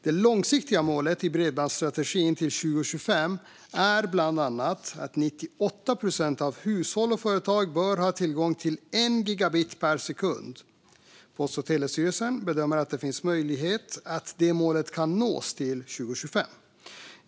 Det långsiktiga målet i bredbandsstrategin till 2025 är bland annat att 98 procent av hushåll och företag bör ha tillgång till 1 gigabit per sekund. PTS bedömer att det finns möjlighet att det målet kan nås till 2025.